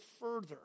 further